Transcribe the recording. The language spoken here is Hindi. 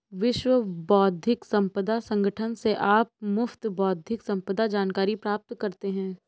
विश्व बौद्धिक संपदा संगठन से आप मुफ्त बौद्धिक संपदा जानकारी प्राप्त करते हैं